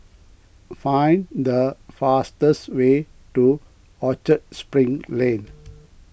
find the fastest way to Orchard Spring Lane